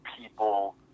people